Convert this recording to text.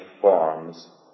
forms